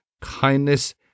kindness